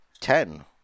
Ten